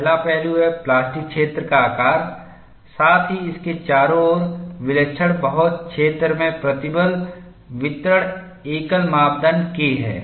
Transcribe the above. पहला पहलू है प्लास्टिक क्षेत्र का आकार साथ ही इसके चारों ओर विलक्षण बहुल क्षेत्र में प्रतिबल वितरण एकल मापदंड K हैं